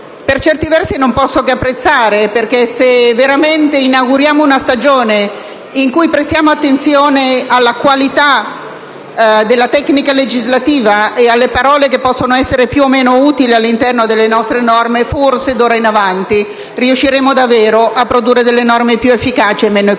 per certi versi non posso che apprezzare, perché se veramente inauguriamo una stagione in cui prestiamo attenzione alla qualità della tecnica legislativa e alle parole che possono essere più o meno utili all'interno delle nostre norme, forse d'ora in avanti riusciremo davvero a produrre norme più efficaci e meno equivoche.